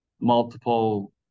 multiple